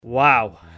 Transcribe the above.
Wow